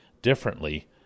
differently